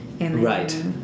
Right